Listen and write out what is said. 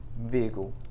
vehicle